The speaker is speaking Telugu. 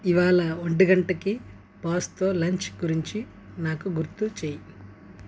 ఇవాళ ఒంటి గంటకి బాస్తో లంచ్ గురించి నాకు గుర్తు చేయి